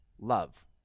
love